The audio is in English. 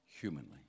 humanly